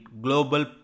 global